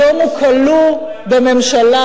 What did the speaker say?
היום הוא כלוא בממשלה,